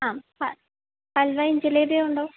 ആ ഹൽവയും ജിലേബിയുമുണ്ടോ